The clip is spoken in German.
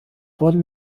wurden